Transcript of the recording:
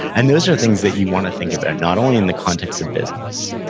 and those are things that you wanna think about not only in the context of business,